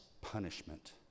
punishment